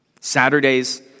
Saturdays